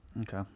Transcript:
Okay